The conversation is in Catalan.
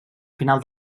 final